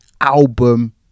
album